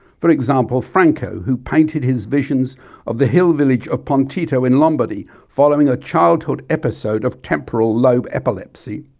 for example, franco who painted his visions of the hill village of pontito in lombardy following a childhood episode of temporal lobe epilepsy.